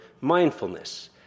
mindfulness